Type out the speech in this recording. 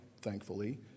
thankfully